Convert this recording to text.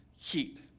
heat